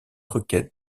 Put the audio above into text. requête